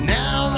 now